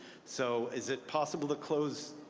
so is it possible to close,